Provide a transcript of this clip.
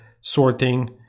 sorting